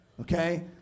okay